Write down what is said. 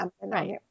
Right